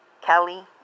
Kelly